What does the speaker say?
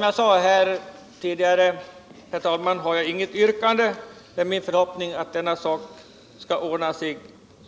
Jag har alltså inget yrkande, men det är min förhoppning att den här saken skall ordnas